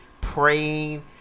praying